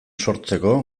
sortzeko